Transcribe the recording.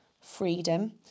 freedom